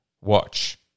watch